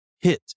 hit